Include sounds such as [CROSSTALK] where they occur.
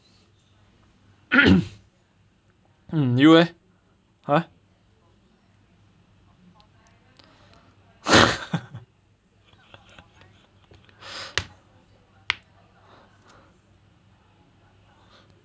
[COUGHS] you leh !huh! [LAUGHS]